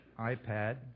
iPad